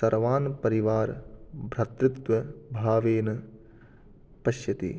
सर्वान् परिवारभ्रातृत्वभावेन पश्यति